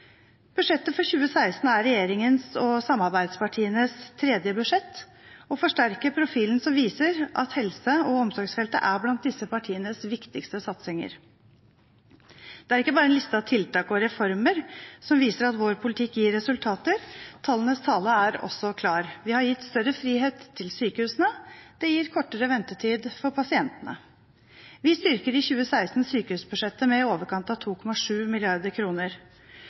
Budsjettet for 2016 er regjeringens og samarbeidspartienes tredje budsjett og forsterker profilen som viser at helse- og omsorgsfeltet er blant disse partienes viktigste satsinger. Det er ikke bare en liste av tiltak og reformer som viser at vår politikk gir resultater – tallenes tale er også klar. Vi har gitt større frihet til sykehusene, og det gir kortere ventetid for pasientene. Vi styrker i 2016 sykehusbudsjettene med i overkant av 2,7